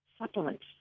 supplements